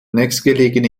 nächstgelegene